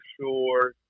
sure